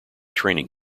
training